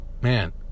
Man